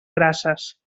grasses